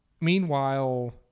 meanwhile